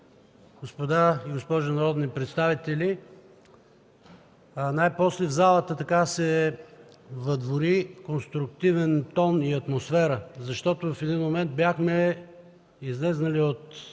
господа и госпожи народни представители! Най-после в залата се въдвори конструктивен тон и атмосфера, защото в един момент бяхме излезли от